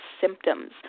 symptoms